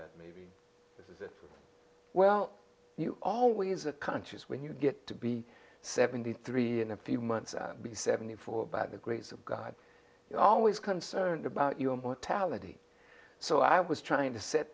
that maybe this is a well you always are countries when you get to be seventy three in a few months or be seventy four by the grace of god you're always concerned about your mortality so i was trying to set